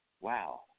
Wow